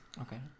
Okay